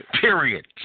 Period